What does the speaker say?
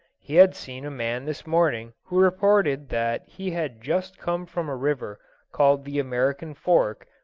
he had seen a man this morning who reported that he had just come from a river called the american fork,